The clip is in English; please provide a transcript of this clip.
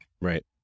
Right